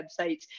websites